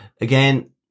again